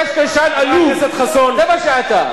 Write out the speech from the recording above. אתה קשקשן, אתה קשקשן עלוב, זה מה שאתה.